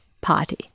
party